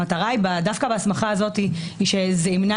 המטרה היא דווקא בהסמכה הזאת שזה ימנע